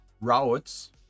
routes